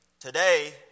Today